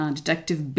Detective